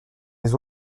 les